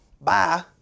Bye